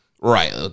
Right